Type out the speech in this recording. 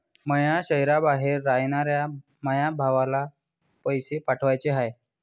माया शैहराबाहेर रायनाऱ्या माया भावाला पैसे पाठवाचे हाय